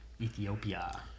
Ethiopia